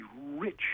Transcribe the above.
rich